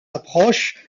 approche